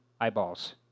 eyeballs